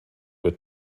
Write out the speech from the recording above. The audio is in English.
were